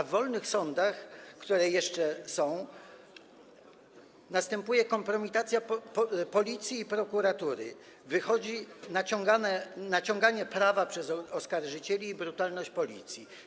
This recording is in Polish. W wolnych sądach, które jeszcze są, następuje kompromitacja policji i prokuratury, wychodzi naciąganie prawa przez oskarżycieli i brutalność policji.